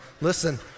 listen